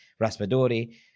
Raspadori